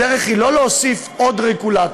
הדרך היא לא להוסיף עוד רגולטור,